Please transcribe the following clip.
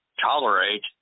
tolerate